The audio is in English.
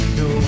no